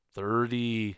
Thirty